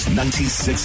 96